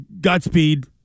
Godspeed